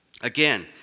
Again